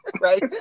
Right